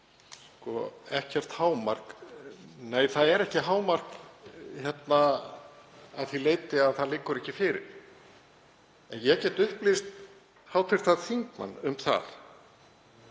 Ekkert hámark? Nei, það er ekki hámark að því leyti að það liggur ekki fyrir. En ég get upplýst hv. þingmann um að